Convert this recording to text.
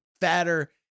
fatter